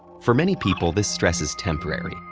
for many people, this stress is temporary,